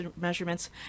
measurements